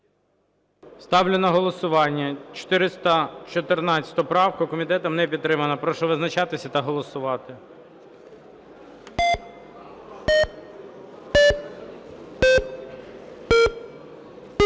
Ставлю на голосування правку 422. Комітет не підтримав. Прошу визначатися та голосувати.